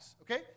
Okay